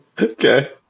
Okay